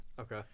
Okay